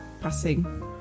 passing